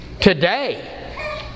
Today